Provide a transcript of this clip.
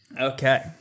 Okay